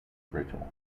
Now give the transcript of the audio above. brittle